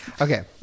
Okay